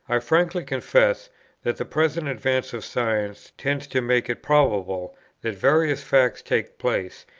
i frankly confess that the present advance of science tends to make it probable that various facts take place,